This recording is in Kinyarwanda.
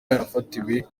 yarafatiwe